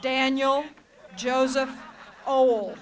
daniel joseph o